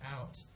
out